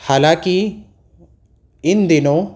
حالاں کہ ان دنوں